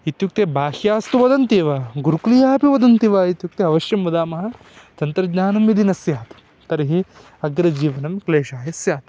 इत्युक्ते बाह्यास्तु वदन्ति एव गुरुकुलीयाः अपि वदन्ति वा इत्युक्ते अवश्यं वदामः तन्त्रज्ञानं यदि न स्यात् तर्हि अग्रे जीवनं क्लेशाय स्यात्